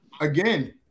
again